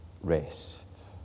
rest